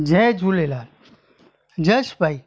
जय झूलेलाल जयेश भाई